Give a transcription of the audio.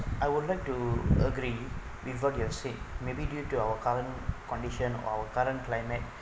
I would like to agree with what you have said maybe due to our current condition or our current climate